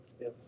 Yes